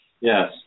Yes